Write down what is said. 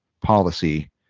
policy